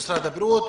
ומשרד הבריאות,